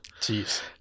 Jeez